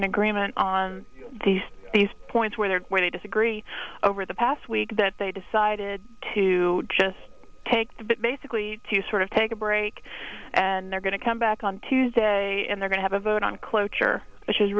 an agreement on these points where they are where they disagree over the past week that they decided to just take that basically to sort of take a break and they're going to come back on tuesday and they're going have a vote on cloture